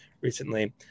recently